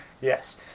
yes